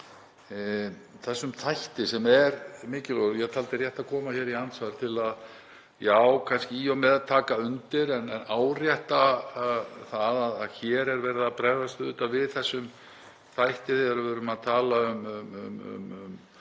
þessum þætti sem er mikilvægur. Ég taldi rétt að koma hér í andsvar til að, já, kannski í og með til að taka undir en líka að árétta það að hér er verið að bregðast við þessum þætti þegar við erum að tala um